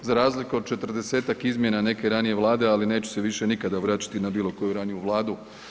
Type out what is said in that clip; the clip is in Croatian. Za razliku od 40-tak izmjena neke ranije Vlade, ali neću se više nikada vraćati na bilo koju raniju Vladu.